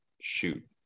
shoot